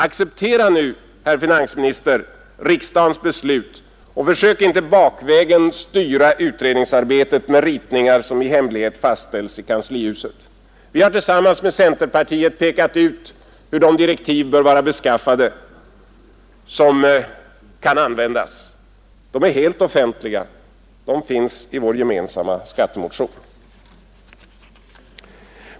Acceptera nu, herr finansminister, riksdagens beslut och försök inte bakvägen styra utredningsarbetet med ritningar som i hemlighet fastställs i kanslihuset! Vi har tillsammans med centerpartiet pekat ut hur de direktiv bör vara beskaffade som skall utfärdas. De är helt offentliga — de finns i vår gemensamma skattemotion.